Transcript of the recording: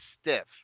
stiff